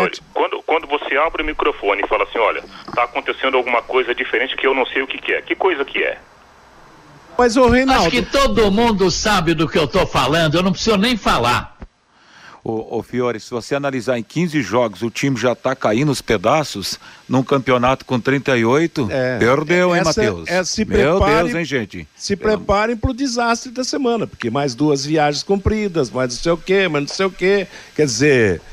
Olha, quando- quando você abre o microfone e fala assim, "Olha, tá acontecendo alguma coisa diferente que eu não sei o que que é." Que coisa que é? Mas, ô, Acho Reinaldo- que todo mundo sabe do que eu tô falando, eu não preciso nem falar. Ô, ô, Fiore, se você analisar em 15 jogos, o time já tá caindo os pedaços num campeonato com 38? É, Perdeu, hein, essa- Mateus? é, se Meu Deus, preparem- hein, gente? se Eu- preparem pro desastre da semana, porque mais duas viagens compridas, mais não sei o quê, mais não sei o quê. Quer dizer,